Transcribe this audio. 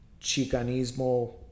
chicanismo